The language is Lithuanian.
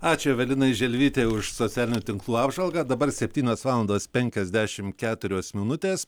ačiū evelinai želvytei už socialinių tinklų apžvalgą dabar septynios valandos penkiasdešim keturios minutės